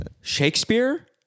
Shakespeare